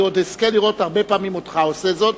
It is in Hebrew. אני עוד אזכה לראות הרבה פעמים אותך עושה זאת,